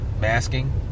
masking